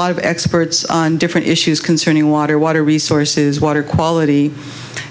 lot of experts on different issues concerning water water resources water quality